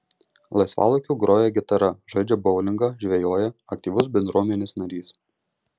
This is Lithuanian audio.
laisvalaikiu groja gitara žaidžia boulingą žvejoja aktyvus bendruomenės narys